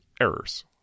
errors